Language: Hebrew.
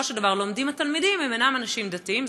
של דבר לומדים התלמידים אינם אנשים דתיים?